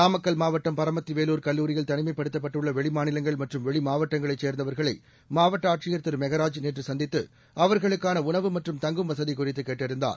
நாமக்கல் மாவட்டம் பரமத்தி வேலூர் கல்லூரியில் தனிமைப்படுத்தப்பட்டுள்ள வெளிமாநிலங்கள் மற்றும் வெளி மாவட்டங்களைச் சேர்ந்தவர்களை மாவட்ட ஆட்சியர் திரு மெகராஜ் நேற்று சந்தித்து அவர்களுக்கான உணவு மற்றும் தங்கும் வசதி குறித்து கேட்டறிந்தார்